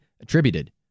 attributed